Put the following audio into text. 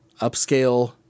upscale